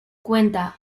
cuenta